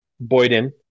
Boyden